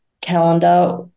calendar